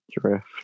drift